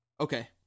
Okay